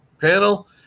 panel